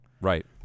Right